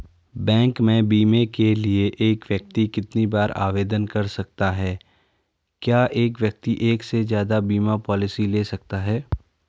Bank में बीमे के लिए एक व्यक्ति कितनी बार आवेदन कर सकता है क्या एक व्यक्ति एक से ज़्यादा बीमा पॉलिसी ले सकता है?